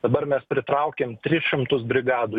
dabar mes pritraukėm tris šimtus brigadų